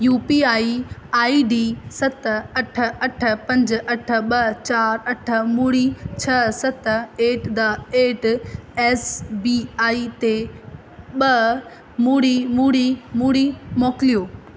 U P I ID सत अठ अठ पंज अठ ॿ चारि अठ ॿुड़ी छह सत at the at SBI ते ॿ ॿुड़ी ॿुड़ी ॿुड़ी मोकिलियो